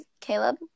Caleb